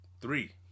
three